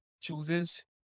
chooses